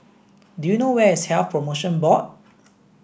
do you know where is Health Promotion Board